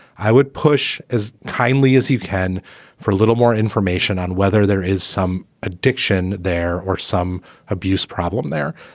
i would push as highly as you can for a little more information on whether there is some addiction there or some abuse problem there.